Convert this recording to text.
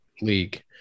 league